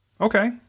Okay